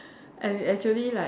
and actually like